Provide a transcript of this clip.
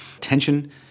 tension